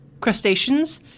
crustaceans